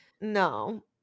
No